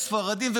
הם ספרדים,